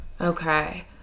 Okay